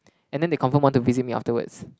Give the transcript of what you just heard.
and then they confirm want to visit me afterwards